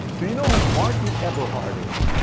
do you know who martin eberhard is?